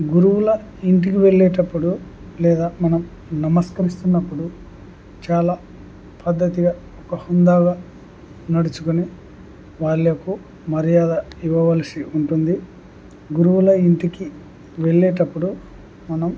గురువుల ఇంటికి వెళ్ళేటప్పుడు లేదా మనం నమస్కరిస్తున్నప్పుడు చాలా పద్ధతిగా ఒక హుందాగా నడుచుకొని వాళ్ళకు మర్యాద ఇవ్వవలసి ఉంటుంది గురువుల ఇంటికి వెళ్ళేటప్పుడు మనం